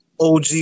OG